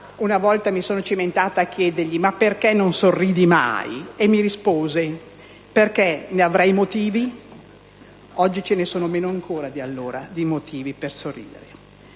Una volta mi sono arrischiata a chiedergli: «Ma perché non sorridi mai?». e mi rispose: «Perché, ne avrei motivi?». Oggi ce ne sono meno ancora di allora, di motivi per sorridere.